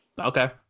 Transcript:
okay